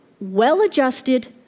well-adjusted